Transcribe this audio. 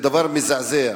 מזעזע.